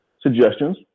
suggestions